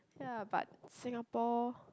ya but Singapore